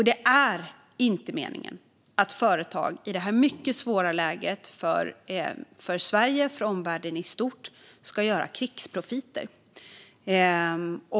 Det är inte meningen att företag, i detta mycket svåra läge för Sverige och omvärlden i stort, ska göra krigsprofiter.